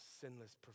sinless